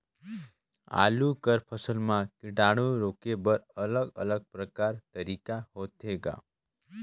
आलू कर फसल म कीटाणु रोके बर अलग अलग प्रकार तरीका होथे ग?